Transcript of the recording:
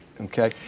okay